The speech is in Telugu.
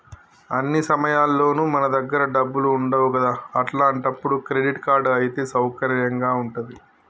అన్ని సమయాల్లోనూ మన దగ్గర డబ్బులు ఉండవు కదా అట్లాంటప్పుడు క్రెడిట్ కార్డ్ అయితే సౌకర్యంగా ఉంటది